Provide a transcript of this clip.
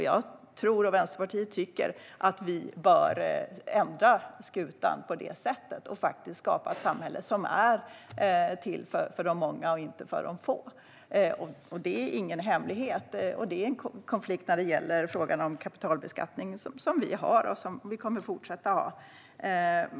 Vi i Vänsterpartiet tycker att vi bör vända på skutan och faktiskt skapa ett samhälle som är till för de många och inte för de få. Det är ingen hemlighet. Det är en konflikt när det gäller frågan om kapitalbeskattning som vi har och som vi kommer att fortsätta ha.